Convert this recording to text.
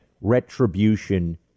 retribution